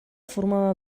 formava